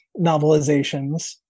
novelizations